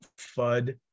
FUD